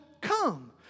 come